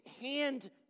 hand